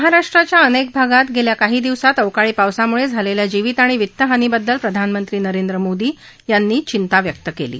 महाराष्ट्राच्या अनेक भागात गेल्या काही दिवसात अवकाळी पावसामुळे झालेल्या जीवित आणि वित्तहानीबद्दल प्रधानमंत्री नरेंद्र मोदी यांनी चिंता व्यक्त केली आहे